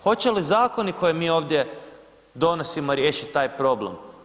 Hoće li zakoni koje mi ovdje donosimo riješiti taj problem?